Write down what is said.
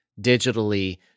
digitally